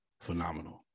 phenomenal